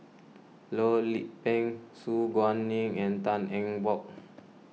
Loh Lik Peng Su Guaning and Tan Eng Bock